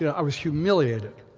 yeah i was humiliated.